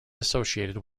associated